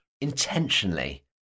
intentionally